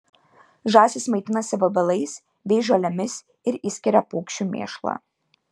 žąsys maitinasi vabalais bei žolėmis ir išskiria paukščių mėšlą